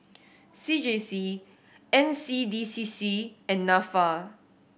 C J C N C D C C and Nafa